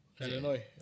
Illinois